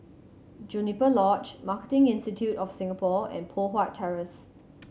Juniper Lodge Marketing Institute of Singapore and Poh Huat Terrace